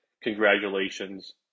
Congratulations